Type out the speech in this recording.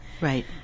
Right